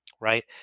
right